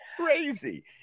crazy